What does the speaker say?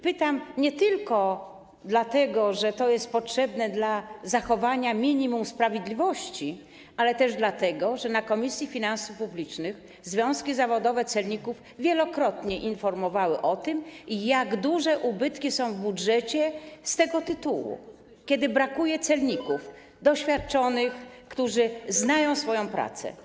Pytam nie tylko dlatego, że to jest potrzebne do zachowania minimum sprawiedliwości, ale też dlatego, że na posiedzeniu Komisji Finansów Publicznych związki zawodowe celników wielokrotnie informowały o tym, jak duże ubytki są w budżecie z tego tytułu, kiedy brakuje doświadczonych celników, którzy znają swoją pracę.